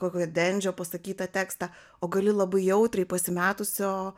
kokio dendžio pasakytą tekstą o gali labai jautriai pasimetusio